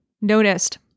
noticed